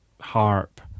Harp